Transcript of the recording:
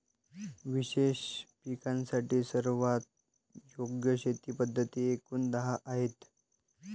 विशेष पिकांसाठी सर्वात योग्य शेती पद्धती एकूण दहा आहेत